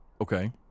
Okay